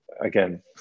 again